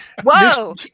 Whoa